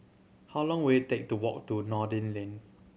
how long will it take to walk to Noordin Lane